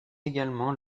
également